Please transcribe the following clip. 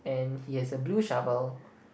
and he has a blue shovel